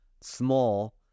small